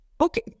Okay